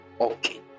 okay